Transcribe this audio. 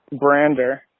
brander